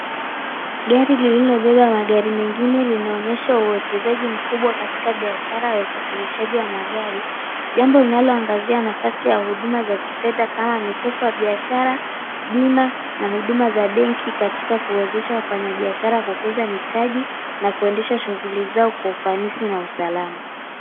Gari lililobeba magari mengine linaonyesha uwekezaji mkubwa katika biashara ya usafirishaji wa magari. Jambo linaloangazia nafasi ya huduma za kifedha kama mikopo ya biashara, bima, na huduma za benki katika kuwezesha wafanyabiashara kukuza mitaji na kuendesha shughuli zao kwa ufanisi na usalama.